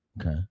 okay